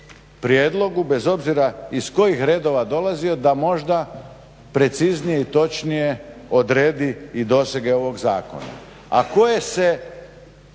prijedlogu bez obzira iz kojih redova dolazio da možda preciznije i točnije odredi i dosege ovoga zakona. A koje se